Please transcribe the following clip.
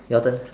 your turn